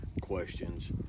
questions